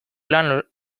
lan